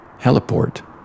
heliport